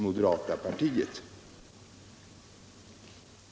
Internationellt utvecklingssamar